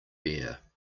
bear